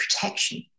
Protection